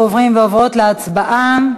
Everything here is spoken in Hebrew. אנחנו עוברים ועוברות להצבעה.